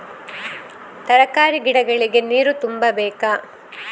ತರಕಾರಿ ಗಿಡಗಳಿಗೆ ನೀರು ತುಂಬಬೇಕಾ?